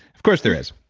of course there is.